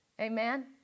Amen